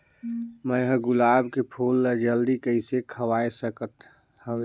मैं ह गुलाब के फूल ला जल्दी कइसे खवाय सकथ हवे?